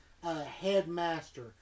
Headmaster